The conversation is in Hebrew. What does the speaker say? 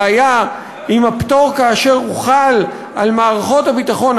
בעיה עם הפטור כאשר הוא חל על מערכות הביטחון,